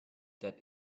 that